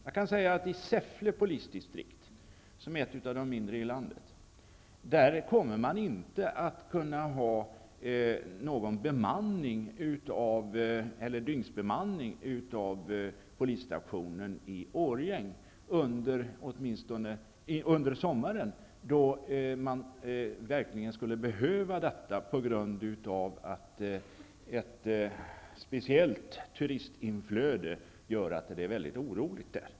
Jag kan nämna att Säffle polisdistrikt, som är ett av de mindre i landet, kommer inte att kunna ha dygnsbemanning av polisstationen i Årjäng under sommaren, då man verkligen skulle behöva det på grund av att ett speciellt stort turistinflöde gör att det blir väldigt oroligt där.